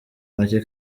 make